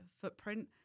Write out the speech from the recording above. footprint